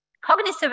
Cognitive